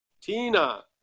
Tina